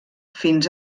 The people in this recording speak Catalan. fins